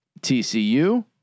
TCU